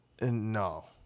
No